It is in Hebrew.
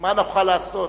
אבל מה נוכל לעשות?